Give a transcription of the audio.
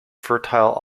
fertile